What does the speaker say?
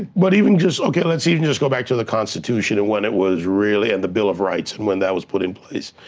but even just, okay let's even just go back to the constitution and when it was really, and the bill of rights, and when that was put in place.